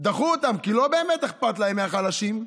דחו אותה, כי לא באמת אכפת להם מהחלשים.